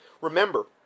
remember